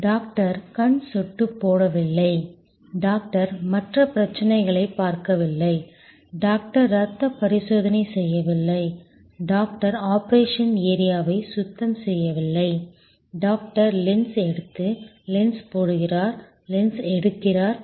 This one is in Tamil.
டாக்டர் கண் சொட்டு போடவில்லை டாக்டர் மற்ற பிரச்சனைகளை பார்க்கவில்லை டாக்டர் ரத்த பரிசோதனை செய்யவில்லை டாக்டர் ஆபரேஷன் ஏரியாவை சுத்தம் செய்யவில்லை டாக்டர் லென்ஸ் எடுத்து லென்ஸ் போடுகிறார் லென்ஸ் எடுக்கிறார்